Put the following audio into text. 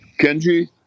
Kenji